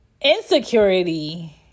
Insecurity